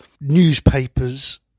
newspapers